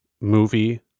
movie